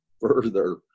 further